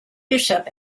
bishop